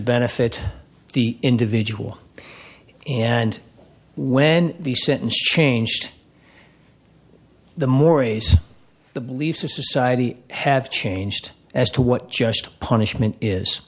benefit the individual and when the sentence changed the mores the beliefs of society have changed as to what just punishment is